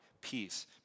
peace